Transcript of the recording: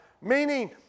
Meaning